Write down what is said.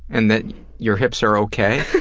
and that your hips are ok?